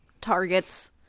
targets